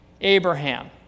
Abraham